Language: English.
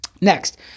Next